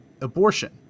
abortion